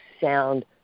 sound